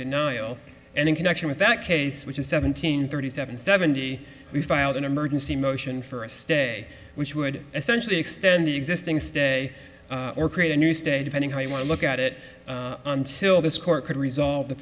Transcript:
noel and in connection with that case which is seventeen thirty seven seventy we filed an emergency motion for a stay which would essentially extend the existing stay or create a new state depending how you want to look at it until this court could resolve the